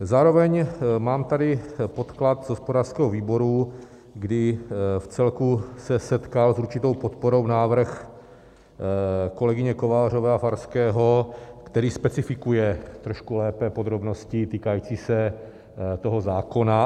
Zároveň mám tady podklad z hospodářského výboru, kdy vcelku se setkal s určitou podporou návrh kolegyně Kovářové a Farského, který specifikuje trošku lépe podrobnosti týkající se toho zákona.